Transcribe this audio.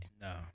No